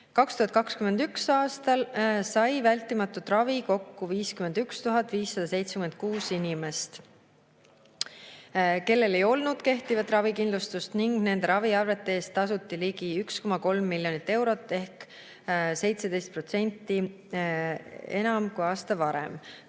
2021. aastal sai vältimatut ravi kokku 51 576 inimest, kellel ei olnud kehtivat ravikindlustust, ning nende raviarvete eest tasuti ligi 1,3 miljonit eurot ehk 17% enam kui aasta varem.